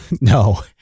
No